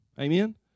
Amen